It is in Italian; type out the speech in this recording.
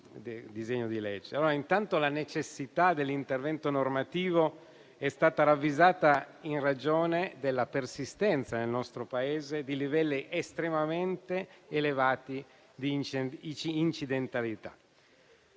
che la necessità dell'intervento normativo è stata ravvisata in ragione della persistenza nel nostro Paese di livelli estremamente elevati di incidentalità: